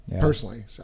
personally